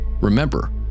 Remember